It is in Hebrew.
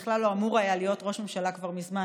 לא אמור היה להיות ראש ממשלה כבר מזמן,